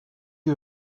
you